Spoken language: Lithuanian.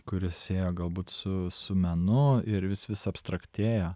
kuris ėjo galbūt su su menu ir vis vis abstraktėja